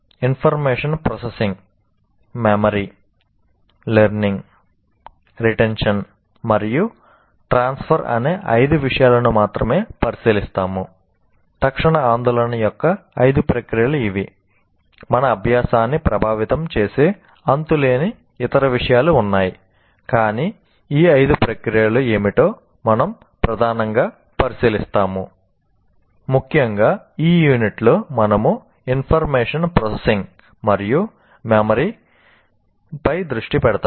information processing పై దృష్టి పెడతాము